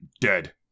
dead